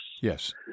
Yes